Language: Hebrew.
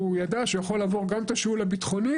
ידע שהוא יכול לעבור גם את התשאול הבטחוני,